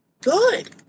good